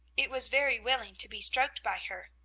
it was very willing to be stroked by her.